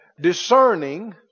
Discerning